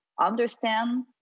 understand